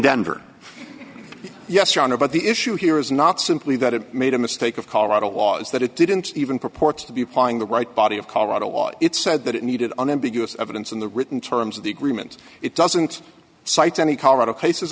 denver yes your honor but the issue here is not simply that it made a mistake of colorado laws that it didn't even purports to be applying the right body of colorado law it said that it needed unambiguous evidence in the written terms of the agreement it doesn't cite any colorado case